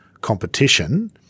competition